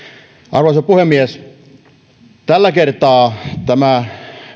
arvoisa puhemies tällä kertaa tämä